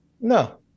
No